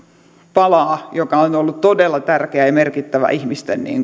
palaa joka on ollut todella tärkeä ja merkittävä ihmisten